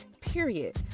Period